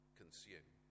consume